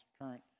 current